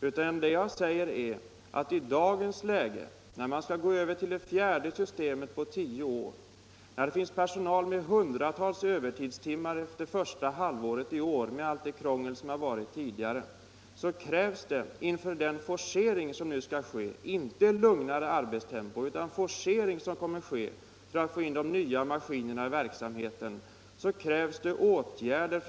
Vad jag säger är att i dagens läge, när man skall gå över till det fjärde systemet på tio år och när det finns personal med hundratals övertidstimmar under första halvåret, krävs det åtgärder för att hjälpa personalen och understödja dess arbete inför den forcering — det blir ingalunda ett lugnare arbetstempo — som nu krävs för att få de nya maskinerna i verksamhet.